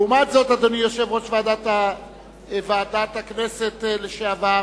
לעומת זאת, אדוני יושב-ראש ועדת הכנסת לשעבר,